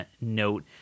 note